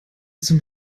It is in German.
zum